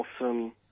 awesome